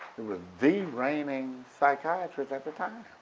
he was the reigning psychiatrist at the time.